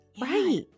Right